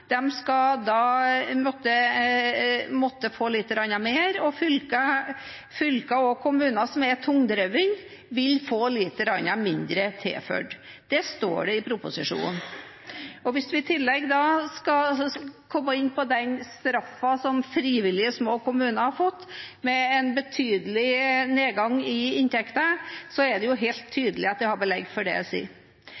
få litt mer, og fylker og kommuner som er tungdrevne, vil få litt mindre tilført. Det står det i proposisjonen. Hvis vi i tillegg skal komme inn på den straffen som frivillige, små kommuner har fått med en betydelig nedgang i inntekten, er det helt